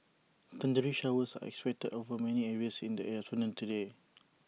thundery showers are expected over many areas in the afternoon today